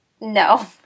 No